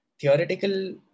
theoretical